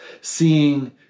seeing